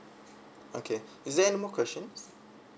okay is there any more questions